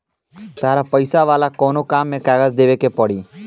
तहरा पैसा वाला कोनो काम में कागज देवेके के पड़ी